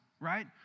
right